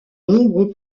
nombreux